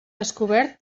descobert